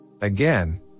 Again